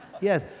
Yes